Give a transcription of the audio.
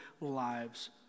lives